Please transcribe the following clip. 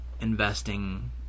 investing